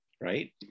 right